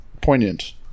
poignant